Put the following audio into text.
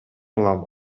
улам